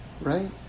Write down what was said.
right